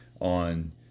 on